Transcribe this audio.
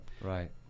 Right